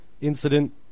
Incident